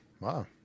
wow